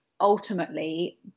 ultimately